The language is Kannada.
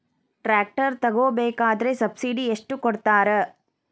ಟ್ರ್ಯಾಕ್ಟರ್ ತಗೋಬೇಕಾದ್ರೆ ಸಬ್ಸಿಡಿ ಎಷ್ಟು ಕೊಡ್ತಾರ?